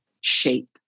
shape